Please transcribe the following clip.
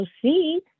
proceed